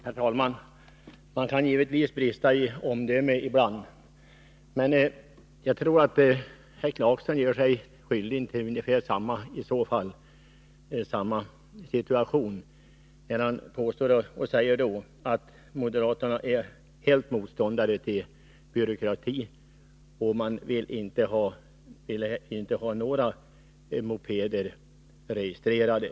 Herr talman! Man kan givetvis brista i omdöme ibland. Men jag tror att Rolf Clarkson gör sig skyldig till ungefär samma sak, när han påstår att moderaterna helt är motståndare till byråkrati och inte vill ha några mopeder registrerade.